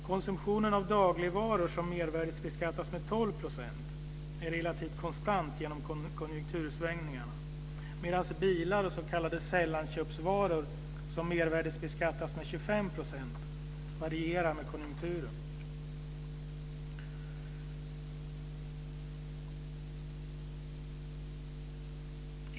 Konsumtionen av dagligvaror, som mervärdesbeskattas med 12 %, är relativt konstant genom konjunktursvängningarna medan efterfrågan på bilar och s.k. sällanköpsvaror, som mervärdesbeskattas med 25 %, varierar med konjunkturen.